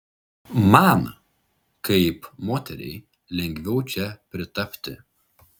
man kaip moteriai lengviau čia pritapti